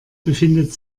befindet